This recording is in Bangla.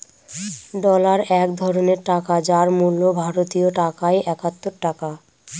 ডলার এক ধরনের টাকা যার মূল্য ভারতীয় টাকায় একাত্তর টাকা